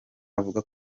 avuga